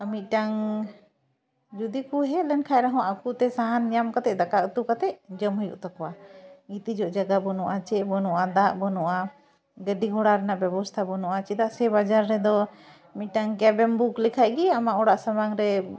ᱢᱤᱫᱴᱟᱝ ᱡᱚᱫᱤ ᱠᱚ ᱦᱮᱡ ᱞᱮᱱᱠᱷᱟᱡ ᱨᱮᱦᱚᱸ ᱟᱠᱚᱛᱮ ᱥᱟᱦᱟᱱ ᱧᱟᱢ ᱠᱟᱛᱮᱫ ᱫᱟᱠᱟ ᱩᱛᱩ ᱠᱟᱛᱮᱫ ᱡᱚᱢ ᱦᱩᱭᱩᱜ ᱛᱟᱠᱚᱣᱟ ᱜᱤᱛᱤᱡᱚᱜ ᱡᱟᱭᱜᱟ ᱵᱟᱹᱱᱩᱜᱼᱟ ᱪᱮᱫ ᱵᱟᱹᱱᱩᱜᱼᱟ ᱫᱟᱜ ᱵᱟᱹᱱᱩᱜᱼᱟ ᱜᱟᱹᱰᱤ ᱜᱷᱚᱲᱟ ᱨᱮᱱᱟᱜ ᱵᱮᱵᱚᱥᱛᱷᱟ ᱵᱟᱹᱱᱩᱜᱼᱟ ᱪᱮᱫᱟᱜ ᱥᱮ ᱵᱟᱡᱟᱨ ᱮᱫᱚ ᱢᱤᱫᱴᱟᱝ ᱠᱮᱵᱽ ᱮᱢ ᱵᱩᱠ ᱞᱮᱠᱷᱟᱡ ᱜᱮ ᱟᱢᱟᱜ ᱚᱲᱟᱜ ᱥᱟᱢᱟᱝ ᱨᱮ